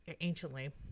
anciently